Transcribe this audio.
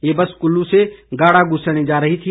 ये बस कुल्लू से गाड़ागुसेणी जा रही थी